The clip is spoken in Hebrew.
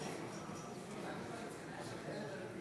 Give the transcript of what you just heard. מצביע מאיר כהן,